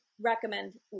recommend